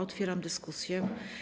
Otwieram dyskusję.